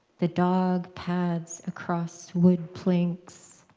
the dog pads across wood planks,